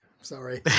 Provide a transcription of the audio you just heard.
Sorry